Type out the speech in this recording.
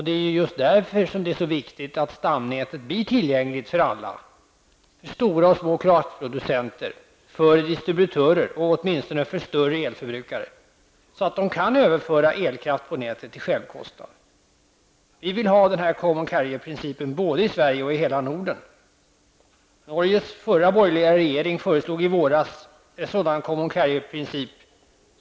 Det är därför det är så viktigt att stamnätet blir tillgängligt för alla, för stora och små kraftproducenter, för distributörer och åtminstone för större elförbrukare, så att de kan överföra elkraft till självkostnad. Miljöpartiet vill ha common carrier-principen både i Sverige och i hela Norden. Norges förra borgerliga regering föreslog i våras en sådan common carrierprincip.